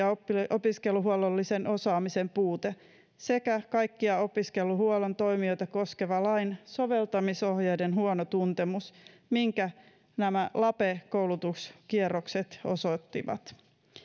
opiskeluhuollollisen osaamisen puute sekä kaikkia opiskeluhuollon toimijoita koskeva lain soveltamisohjeiden huono tuntemus minkä lape koulutuskierrokset osoittivat